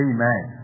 Amen